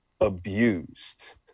abused